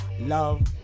Love